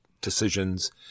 decisions